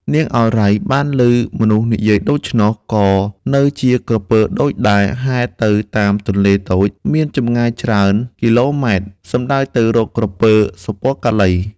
នាងឱរ៉ៃ បានឮមនុស្សនិយាយដូច្នេះ ក៏នៅជាក្រពើដូចដែលហែលទៅតាមទន្លេតូច មានចម្ងាយច្រើន គីឡូម៉ែត្រ សំដៅទៅរកក្រពើ សុពណ៌កាឡី។